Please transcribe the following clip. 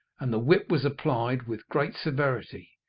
and the whip was applied with great severity,